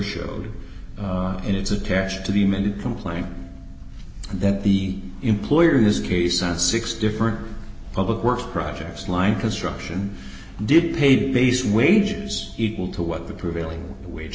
in its attached to the amended complaint that the employer in this case on six different public works projects lined construction and did paid based wages equal to what the prevailing wage